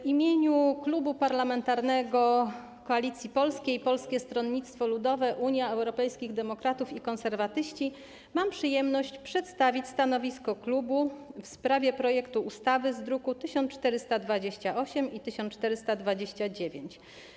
W imieniu Klubu Parlamentarnego Koalicja Polska - Polskie Stronnictwo Ludowe, Unia Europejskich Demokratów, Konserwatyści mam przyjemność przedstawić stanowisko klubu w sprawie projektu ustawy z druków nr 1428 i 1429.